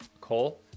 Cole